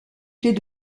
clefs